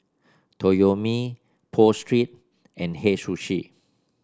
Toyomi Pho Street and Hei Sushi